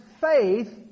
faith